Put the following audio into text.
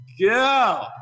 go